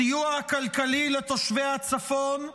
הסיוע הכלכלי לתושבי הצפון מדשדש,